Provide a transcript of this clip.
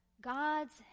God's